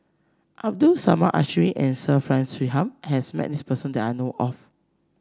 Abdul Samad Ismail and Sir Frank Swettenham has met this person that I know of